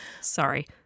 Sorry